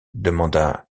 demanda